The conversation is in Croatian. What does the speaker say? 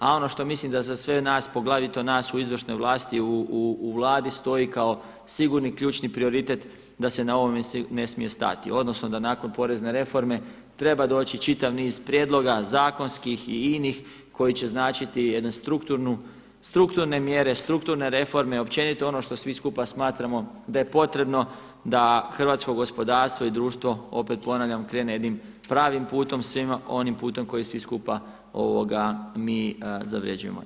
A ono što mislim da za sve nas poglavito nas u izvršnoj vlasti u Vladi stoji kao sigurni ključni prioritet da se na ovome ne smije stati odnosno da nakon porezne reforme treba doći čitav niz prijedloga zakonskih i inih koji će značiti jedne strukturne mjere, strukturne reforme općenito ono što svi skupa smatramo da je potrebno da hrvatsko gospodarstvo i društvo, opet ponavljam, krene jednim pravim putom, onim putom koji svi skupa mi zavređujemo.